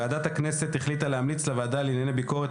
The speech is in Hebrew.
ועדת הכנסת החליטה להמליץ לוועדה לענייני ביקורת